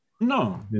No